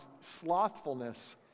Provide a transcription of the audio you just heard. slothfulness